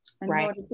right